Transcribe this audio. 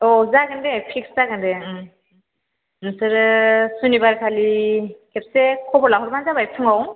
औ जागोन दे फिक्स जागोन दे उम नोंसोरो शुनिबार खालि खेबसे खबर लाहरबानो जाबाय फुङाव